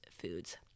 foods